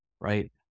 right